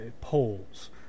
polls